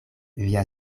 via